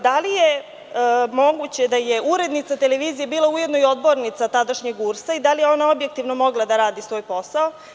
Da li je moguće da je urednica televizije bila ujedno i odbornica tadašnjeg URS i da li je ona objektivno mogla da radi svoj posao?